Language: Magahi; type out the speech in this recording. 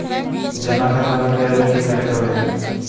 जमा खाता बंद करे ला की करे के होएत?